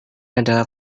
adalah